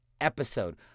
episode